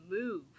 move